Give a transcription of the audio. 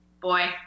Boy